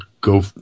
go